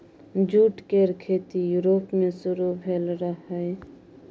jute केर खेती Europe मे शुरु भेल रहइ